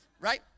right